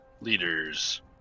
leaders